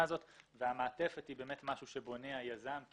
המעטפת תהיה משהו שבונה היזם.